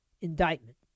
indictment